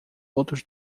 outros